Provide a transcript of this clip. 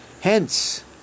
hence